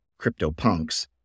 CryptoPunk's